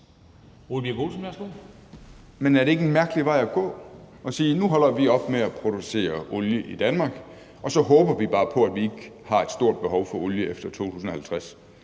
Men er det ikke en mærkelig vej at gå, altså at sige, at nu holder vi op med at producere olie i Danmark, og så håber vi bare på, at vi ikke har et stort behov for olie efter 2050?